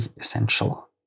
essential